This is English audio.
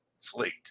fleet